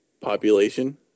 Population